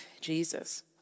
Jesus